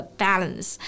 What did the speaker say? balance